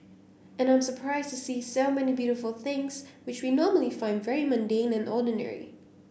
and I'm surprised to see so many beautiful things which we normally find very mundane and ordinary